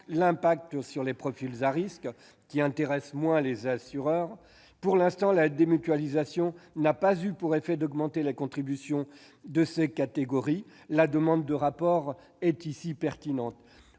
impact sur les profils à risque, qui intéressent moins les assureurs. Pour l'instant, la démutualisation n'a pas entraîné d'augmentation des contributions de ces catégories. La demande de rapport est ici pertinente.